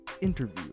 interview